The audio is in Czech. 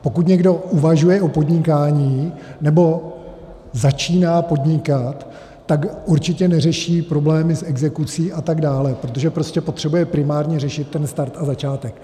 Pokud někdo uvažuje o podnikání nebo začíná podnikat, tak určitě neřeší problémy s exekucí atd., protože prostě potřebuje primárně řešit ten start a začátek.